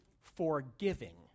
forgiving